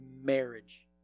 marriage